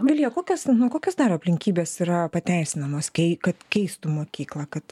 vilija kokios kokios dar aplinkybės yra pateisinamos kad keistum mokyklą kad